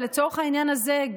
לצורך העניין הזה,